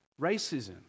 racism